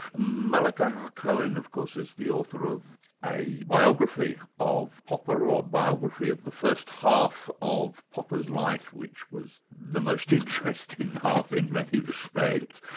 malachi ah hacohen of course is the author of a biographer of popper, or a biography of the first half of popper's life, which was the most interesting half in many respects.